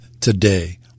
today